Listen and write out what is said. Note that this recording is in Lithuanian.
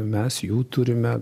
mes jų turime